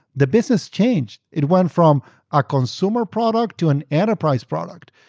the business changed. it went from a consumer product to an enterprise product.